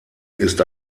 ist